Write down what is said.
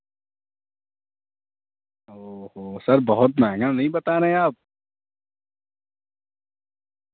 او او سر بہت مہنگا نہیں بتا رہے ہیں آپ